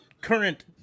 current